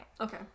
Okay